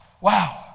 Wow